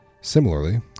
Similarly